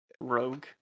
rogue